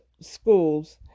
schools